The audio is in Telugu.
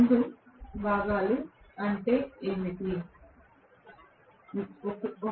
రెండు భాగాలు ఏమిటి